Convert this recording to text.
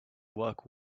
work